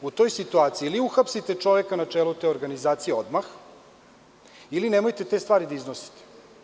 U toj situaciji ili uhapsite čoveka na čelu te organizacije odmah ili nemojte te stvari da iznosite.